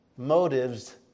motives